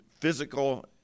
physical